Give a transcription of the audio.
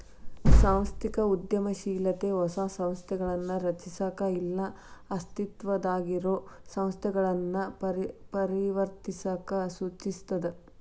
ಸಾಂಸ್ಥಿಕ ಉದ್ಯಮಶೇಲತೆ ಹೊಸ ಸಂಸ್ಥೆಗಳನ್ನ ರಚಿಸಕ ಇಲ್ಲಾ ಅಸ್ತಿತ್ವದಾಗಿರೊ ಸಂಸ್ಥೆಗಳನ್ನ ಪರಿವರ್ತಿಸಕ ಸೂಚಿಸ್ತದ